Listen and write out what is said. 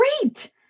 Great